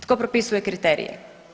Tko propisuje kriterije?